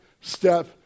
step